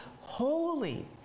holy